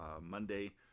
Monday